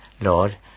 Lord